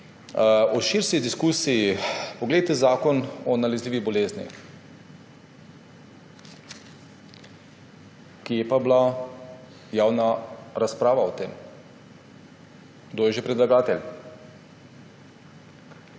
V širši diskusiji poglejte Zakon o nalezljivih boleznih. Kje je pa bila javna razprava o tem? Kdo je že predlagatelj?